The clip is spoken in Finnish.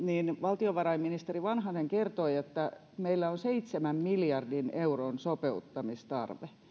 valtiovarainministeri vanhanen kertoi että meillä on seitsemän miljardin euron sopeuttamistarve